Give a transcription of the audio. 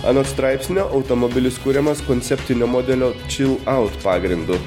anot straipsnio automobilis kuriamas konceptinio modelio čil aut pagrindu